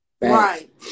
Right